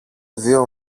δυο